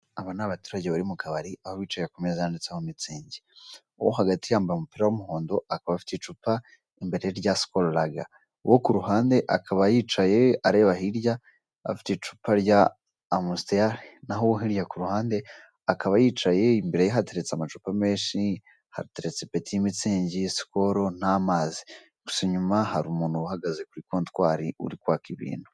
Aba ni abaturage bari mu kabari, aho bicaye ku meza yandiitseho mitsingi. uwi hagati yambaye umupira w'umuhondo akaba afite icupa imbere rya sikoro raga. uwo ku ruhande akaba yicaye areba hirya afite icupa rya amusiteri, naho uwo hirya ku ruhande akaba yicaye imbere ye hateretse amacupa menshi. Hateretse peti mitsingi, sikoro n'amazi. Gusa inyuma hari umuntu uhagaze kuri kontwarii uri kwaka ibintu.